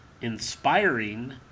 inspiring